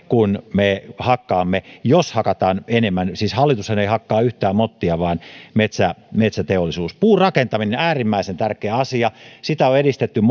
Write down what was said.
kun me hakkaamme jos hakataan enemmän siis hallitushan ei hakkaa yhtään mottia vaan metsäteollisuus puurakentaminen äärimmäisen tärkeä asia sitä on edistetty